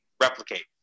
replicate